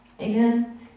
Amen